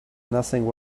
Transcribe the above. nothing